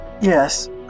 Yes